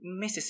Mrs